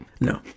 No